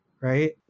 Right